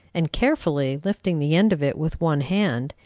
and, carefully lifting the end of it with one hand,